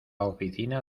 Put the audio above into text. oficina